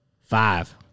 Five